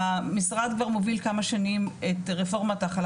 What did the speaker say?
המשרד כבר מוביל כמה שנים את רפורמות הכלה